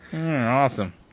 awesome